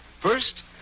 First